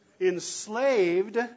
Enslaved